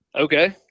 okay